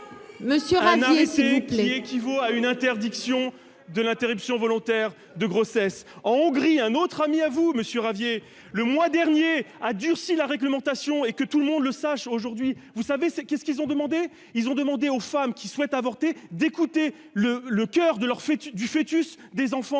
c'est. Ce qui équivaut à une interdiction de l'interruption volontaire de grossesse en Hongrie, un autre ami à vous Monsieur Ravier le mois dernier a durci la réglementation et que tout le monde le sache aujourd'hui, vous savez ce qu'est-ce qu'ils ont demandé, ils ont demandé aux femmes qui souhaitent avorter d'écouter le le coeur de leur fait,